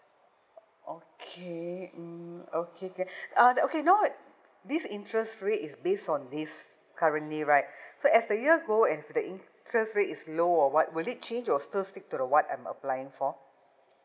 okay mm okay okay uh okay now it this interest rate is based on this currently right so as the years go and if the interest rate is low or what will it change or still stick to the what I'm applying for